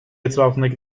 etrafındaki